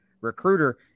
recruiter